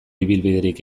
ibilbiderik